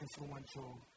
influential